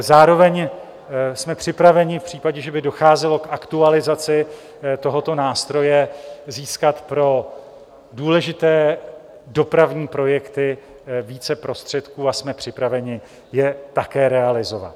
Zároveň jsme připraveni v případě, že by docházelo k aktualizaci tohoto nástroje, získat pro důležité dopravní projekty více prostředků a jsme připraveni je také realizovat.